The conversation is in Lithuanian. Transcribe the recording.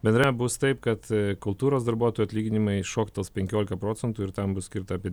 bendrame bus taip kad kultūros darbuotojų atlyginimai šoktels penkiolika procentų ir tam bus skirta apie